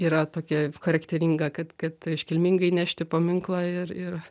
yra tokia charakteringa kad kad iškilmingai nešti paminklą ir ir